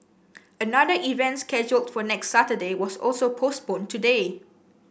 another event scheduled for next Saturday was also postponed today